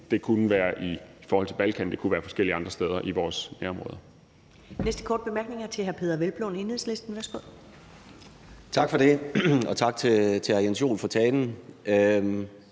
det kunne være i forhold til Balkan, det kunne være forskellige andre steder i vores nærområder.